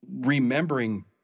remembering